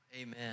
Amen